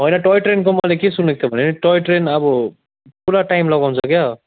होइन टोय ट्रेनको मैले के सुनेको थिएँ भने टोय ट्रेन अब पुरा टाइम लगाउँछ क्या